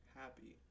happy